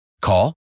Call